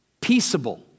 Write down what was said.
peaceable